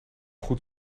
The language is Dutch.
goed